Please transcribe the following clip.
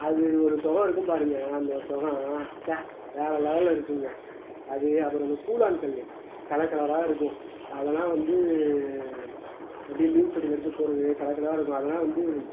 அது ஒரு சுகம் இருக்கும் பாருங்க அந்த ஒரு சுகம் ச்ச வேறு லெவலில் இருக்கும்ங்க அது அப்புறம் இந்த கூலாங்கல் கலர் கலராக இருக்கும் அதெல்லாம் வந்து அப்படியே மீன் தொட்டியில் எடுத்து போடுறது கலர் கலராக இருக்கும் அதெல்லாம் வந்து